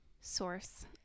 source